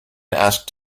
asked